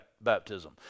baptism